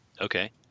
Okay